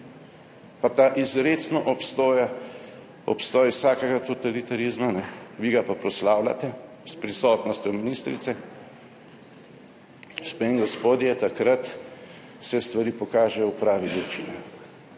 pa ta izrecno obsoja obstoj vsakega totalitarizma, vi ga pa proslavljate s prisotnostjo ministrice. Gospe in gospodje, takrat se stvari pokažejo v pravi luči.